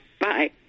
Bye